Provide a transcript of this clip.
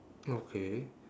okay